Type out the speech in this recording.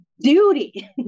duty